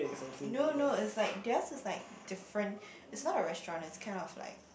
no no it's like theirs is like different it's not a restaurant it's kind of like